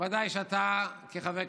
ודאי שאתה כחבר כנסת,